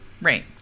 Right